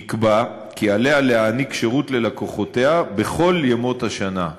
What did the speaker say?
נקבע כי עליה להעניק שירות ללקוחותיה בכל ימות השנה,